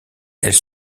elle